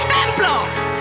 temple